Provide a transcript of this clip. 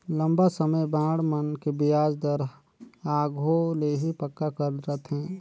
लंबा समे बांड मन के बियाज दर आघु ले ही पक्का कर रथें